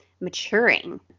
maturing